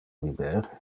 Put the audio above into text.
biber